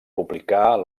publicar